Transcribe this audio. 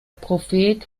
prophet